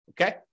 Okay